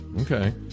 okay